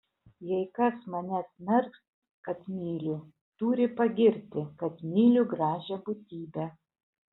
jei kas mane smerks kad myliu turi pagirti kad myliu gražią būtybę